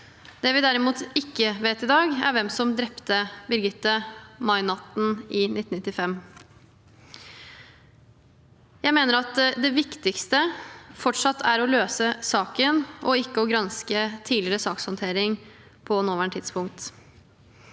Det vi derimot ikke vet i dag, er hvem som drepte Birgitte mainatten i 1995. Jeg mener det viktigste fortsatt er å løse saken, ikke å granske tidligere sakshåndtering på nåværende tidspunkt.